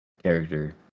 character